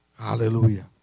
Hallelujah